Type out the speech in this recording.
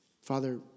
Father